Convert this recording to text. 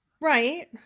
right